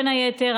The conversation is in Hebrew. בין היתר,